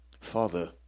father